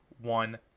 one